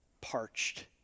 parched